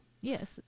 Yes